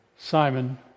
Simon